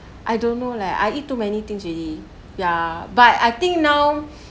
I don't know leh I eat too many things already ya but I think now